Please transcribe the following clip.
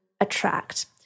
attract